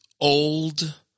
old